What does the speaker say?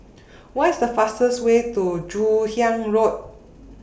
What IS The fastest Way to Joon Hiang Road